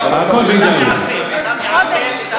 אתה מעוות את האמת.